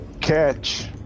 Catch